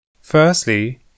Firstly